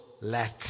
lack